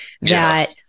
that-